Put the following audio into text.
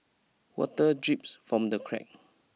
water drips from the crack